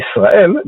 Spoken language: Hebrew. בישראל,